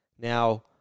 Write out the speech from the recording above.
now